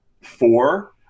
four